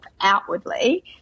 outwardly